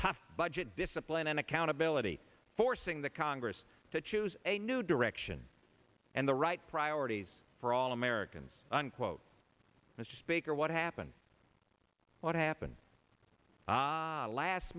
tough budget discipline and accountability forcing the congress to choose a new direction and the right priorities for all americans unquote mr speaker what happened what happened last